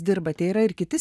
dirbate yra ir kiti